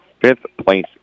fifth-place